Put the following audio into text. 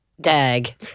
DAG